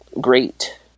great